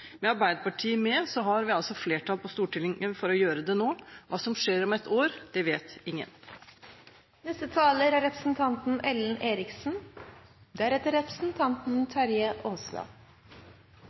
Med Arbeiderpartiet er det flertall på Stortinget for å gjøre det nå. Hva som skjer om ett år, vet